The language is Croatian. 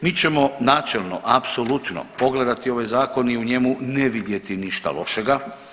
Mi ćemo načelno apsolutno pogledati ovaj zakon i u njemu ne vidjeti ništa lošega.